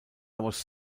was